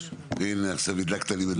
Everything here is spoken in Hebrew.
כחלק מפרויקט התחדשות עירונית, חלק מהבניינים לא